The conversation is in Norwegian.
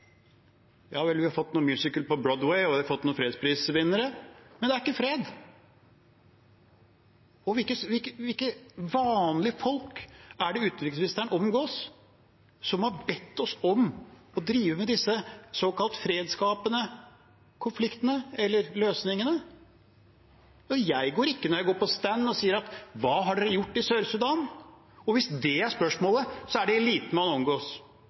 Ja vel, vi har fått noen musicals på Broadway, og vi har fått noen fredsprisvinnere, men det er ikke fred. Hvilke vanlige folk er det utenriksministeren omgås, som har bedt oss om å drive med disse såkalt fredsskapende konfliktene, eller løsningene? Når jeg går på stand, så går jeg ikke og sier: Hva har dere gjort i Sør-Sudan? Og hvis det er spørsmålet, så er det eliten man